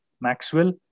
Maxwell